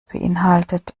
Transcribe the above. beinhaltet